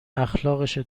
اخلاقشه